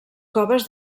coves